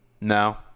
No